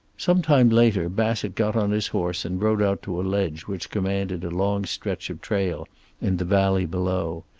sometime later bassett got on his horse and rode out to a ledge which commanded a long stretch of trail in the valley below.